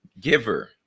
giver